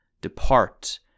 Depart